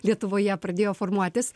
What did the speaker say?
lietuvoje pradėjo formuotis